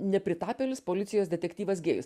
nepritapėlis policijos detektyvas gėjus